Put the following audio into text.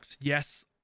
yes